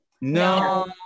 No